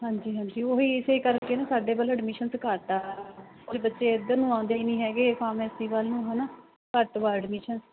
ਹਾਂਜੀ ਹਾਂਜੀ ਉਹੀ ਇਸੇ ਕਰਕੇ ਨਾ ਸਾਡੇ ਵੱਲ ਐਡਮਿਸ਼ਨਸ ਘੱਟ ਆ ਕੋਈ ਬੱਚੇ ਇਧਰ ਨੂੰ ਆਉਂਦੇ ਏ ਨਹੀਂ ਹੈਗੇ ਫਾਰਮੈਸੀ ਵੱਲ ਨੂੰ ਹੈ ਨਾ ਘੱਟ ਵਾ ਐਡਮਿਸ਼ਨ